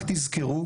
רק תזכרו